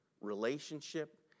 relationship